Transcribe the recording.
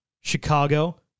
Chicago